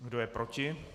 Kdo je proti?